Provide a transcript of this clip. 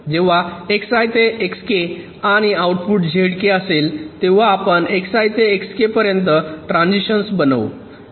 जेव्हा Xi ते Xk आणि आउटपुट Zk असेल तेव्हा आपण Xi ते Xk पर्यंत ट्रान्झिशन बनवू